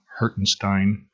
Hertenstein